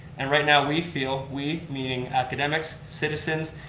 and right now we feel, we meaning academics, citizens,